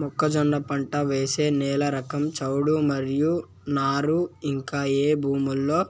మొక్కజొన్న పంట వేసే నేల రకం చౌడు మరియు నారు ఇంకా ఏ భూముల్లో